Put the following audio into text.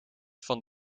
van